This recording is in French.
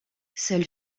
seuls